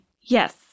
Yes